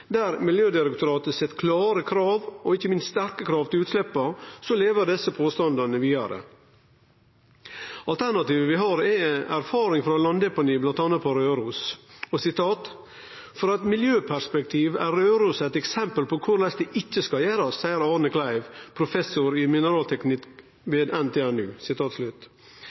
der Miljødirektoratet set klare krav og ikkje minst sterke krav med omsyn til utsleppa, lever desse påstandane vidare. Alternativet vi har, er landdeponi, der vi har erfaring bl.a. frå Røros: «Fra et miljøperspektiv er Røros et eksempel på hvordan det ikke skal gjøres, sier Rolf Arne Kleiv, professor i mineralteknikk ved NTNU.»